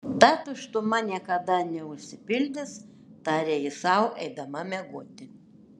ta tuštuma niekada neužsipildys tarė ji sau eidama miegoti